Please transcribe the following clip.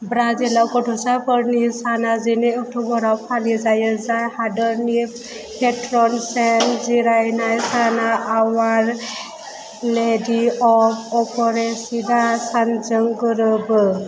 ब्राजिलाव गथ'साफोरनि साना जिनै अक्ट'बराव फालिजायो जाय हादोरनि पेत्रन सेन्ट जिरायनाय सान आवार लेडी अफ आपारेसिडा सानजों गोरोबो